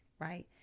right